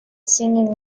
singing